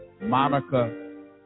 Monica